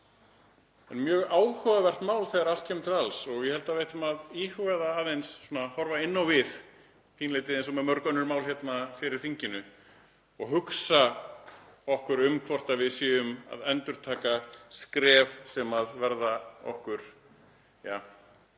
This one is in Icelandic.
er mjög áhugavert mál þegar allt kemur til alls og ég held að við ættum að íhuga það aðeins, horfa inn á við pínulítið, eins og með mörg önnur mál fyrir þinginu og hugsa um það hvort við séum að endurtaka skref sem verða brokkgeng